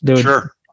Sure